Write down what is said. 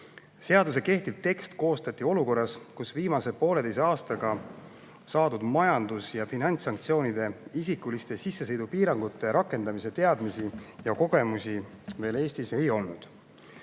Seaduse kehtiv tekst koostati olukorras, kus viimase pooleteise aastaga saadud majandus- ja finantssanktsioonide ja isikuliste sissesõidupiirangute rakendamise teadmisi ja kogemusi meil Eestis ei olnud.